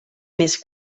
més